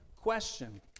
question